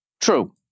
True